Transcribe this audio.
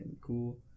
cool